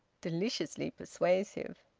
deliciously persuasive!